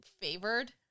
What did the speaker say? favored